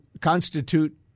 constitute